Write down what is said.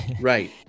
Right